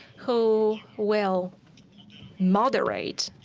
who will moderate